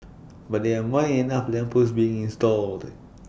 but there are more enough lamp posts being installed